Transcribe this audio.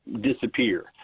disappear